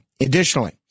Additionally